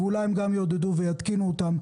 ואולי הם גם יעודדו ויתקינו אותם,